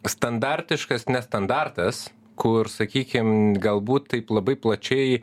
standartiškas standartas kur sakykim galbūt taip labai plačiai